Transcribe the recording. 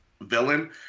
villain